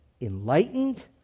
enlightened